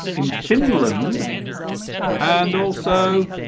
in finland and also